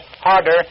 Harder